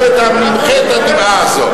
אנחנו נמחה את הדמעה הזאת.